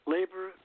Labor